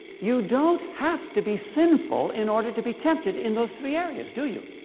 you don't have to be sinful in order to be tempted in those three areas, do you?